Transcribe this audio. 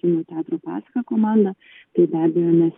kino teatro pasaka komanda tai be abejo mes